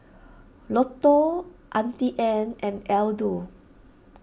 Lotto Auntie Anne's and Aldo